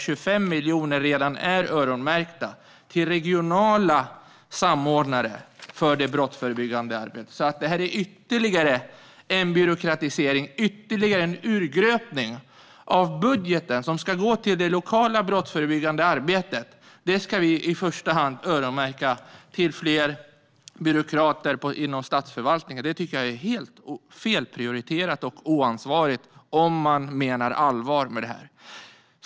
25 miljoner är redan öronmärkta till regionala samordnare för det brottsförebyggande arbetet. Här kommer nu ytterligare en byråkratisering och ytterligare en urgröpning av budgeten som ska gå till det lokala brottsförebyggande arbetet. Detta ska vi alltså i första hand öronmärka till fler byråkrater inom statsförvaltningen. Om man menar allvar med detta tycker jag att det är helt felprioriterat och oansvarigt.